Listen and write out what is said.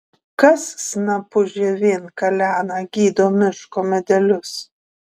kas snapu žievėn kalena gydo miško medelius